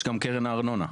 יש גם קרן הארנונה.